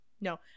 No